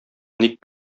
ник